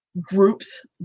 groups